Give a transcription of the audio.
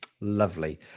Lovely